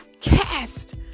cast